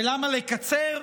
ולמה לקצר?